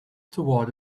toward